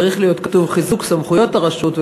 וצריך להיות כתוב: חיזוק סמכויות הרשות,